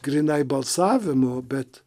grynai balsavimu bet